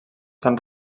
s’han